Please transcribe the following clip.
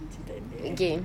macam tak ada eh